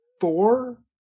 four